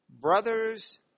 brothers